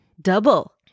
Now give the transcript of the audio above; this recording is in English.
Double